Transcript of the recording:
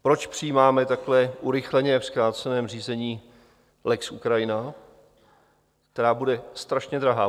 Proč přijímáme takové urychleně, v zkráceném řízení, lex Ukrajina, která bude strašně drahá?